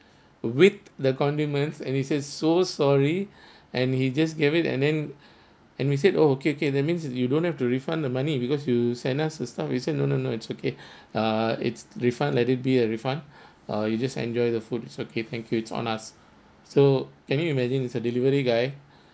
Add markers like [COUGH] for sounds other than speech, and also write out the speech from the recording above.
with the condiments and he says so sorry [BREATH] and he just gave it and then [BREATH] and we said oh okay okay that means you don't have to refund the money because you send us the stuff he said no no no it's okay [BREATH] err it's refund let it be a refund [BREATH] uh you just enjoy the food it's okay thank you it's on us so can you imagine is a delivery guy